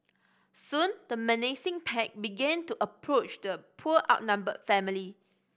soon the menacing pack began to approach the poor outnumbered family